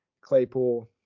Claypool